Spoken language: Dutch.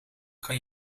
kan